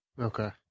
Okay